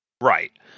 Right